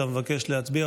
אתה מבקש להצביע,